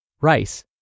rice